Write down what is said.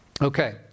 Okay